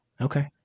Okay